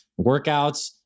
workouts